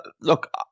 Look